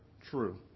true